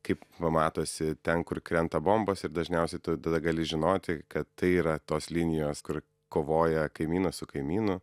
kaip va matosi ten kur krenta bombos ir dažniausiai tu tada gali žinoti kad tai yra tos linijos kur kovoja kaimynas su kaimynu